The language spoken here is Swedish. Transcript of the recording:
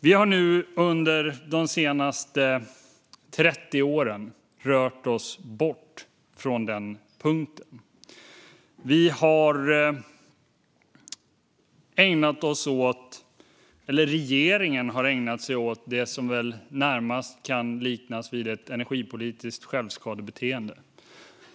Vi har nu under de senaste 30 åren rört oss bort från den punkten. Regeringen har ägnat sig åt något som närmast kan liknas vid ett energipolitiskt självskadebeteende.